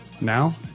now